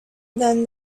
then